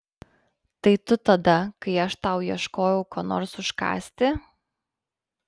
tai tu tada kai aš tau ieškojau ko nors užkąsti